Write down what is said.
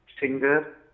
singer